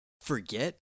forget